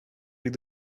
read